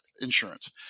insurance